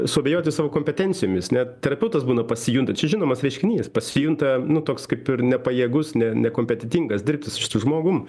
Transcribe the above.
suabejoti savo kompetencijomis net terapeutas būna pasijunta čia žinomas reiškinys pasijunta nu toks kaip ir nepajėgus ne nekompetentingas dirbti su šitu žmogum